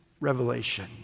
revelation